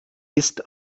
ist